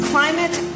Climate